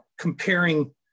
comparing